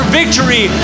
victory